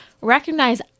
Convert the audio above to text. recognize